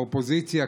האופוזיציה,